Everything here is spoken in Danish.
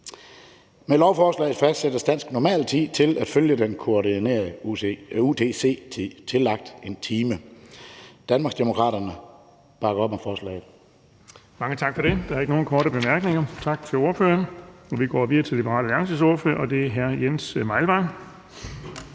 Med lovforslaget fastsættes dansk normaltid til at følge den koordinerede UTC-tid tillagt 1 time. Danmarksdemokraterne bakker op om forslaget.